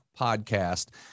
podcast